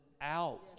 out